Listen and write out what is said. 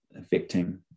affecting